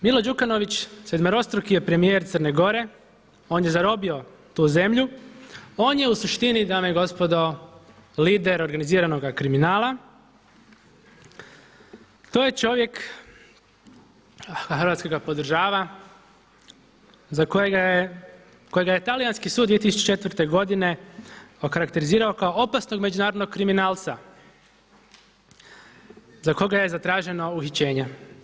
Milo Đukanović sedmerostruki je premijer Crne Gore, on je zarobio tu zemlju, on je u suštini dame i gospodo lider organiziranoga kriminala, to je čovjek, a Hrvatska ga podržava kojega je talijanski sud 2004. godine okarakterizirao kao opasnog međunarodnog kriminalca za koga je zatraženo uhićenje.